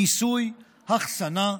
ניסוי, החסנה,